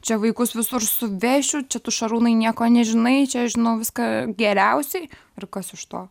čia vaikus visur suvešiu čia tu šarūnai nieko nežinai čia žinau viską geriausiai ir kas iš to